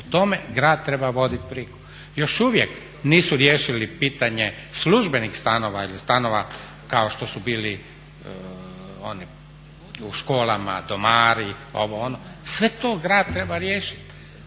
O tome grad treba voditi brigu. Još uvijek nisu riješili pitanje službenih stanova ili stanova kao što su bili oni u školama, domari i ovo, ono, sve to grad treba riješiti.